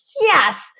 yes